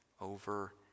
over